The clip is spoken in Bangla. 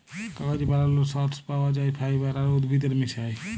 কাগজ বালালর সর্স পাউয়া যায় ফাইবার আর উদ্ভিদের মিশায়